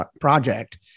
project